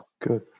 Good